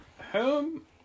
Home